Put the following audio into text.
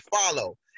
follow